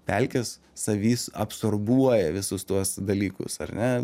pelkės savys absorbuoja visus tuos dalykus ar ne